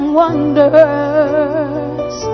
wonders